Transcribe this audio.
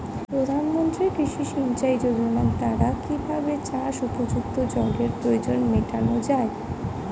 প্রধানমন্ত্রী কৃষি সিঞ্চাই যোজনার দ্বারা কিভাবে চাষ উপযুক্ত জলের প্রয়োজন মেটানো য়ায়?